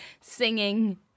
singing